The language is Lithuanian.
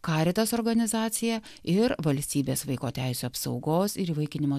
caritas organizacija ir valstybės vaiko teisių apsaugos ir įvaikinimo